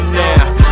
now